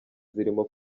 zirimo